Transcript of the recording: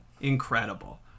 Incredible